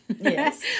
Yes